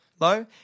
Low